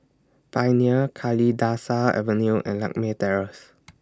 Pioneer Kalidasa Avenue and Lakme Terrace